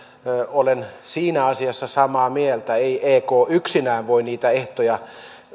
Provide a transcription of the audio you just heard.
olen siinä asiassa samaa mieltä ei ek yksinään voi niitä ehtoja